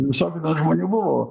visokių ten žmonių buvo